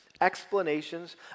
explanations